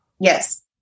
Yes